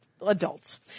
Adults